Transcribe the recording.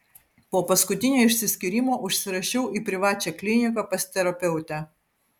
po paskutinio išsiskyrimo užsirašiau į privačią kliniką pas terapeutę